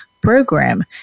program